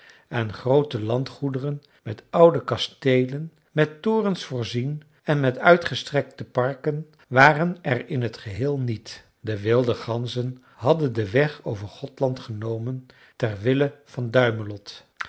en groote landgoederen met oude kasteelen met torens voorzien en met uitgestrekte parken waren er in het geheel niet de wilde ganzen hadden den weg over gothland genomen ter wille van duimelot